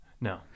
No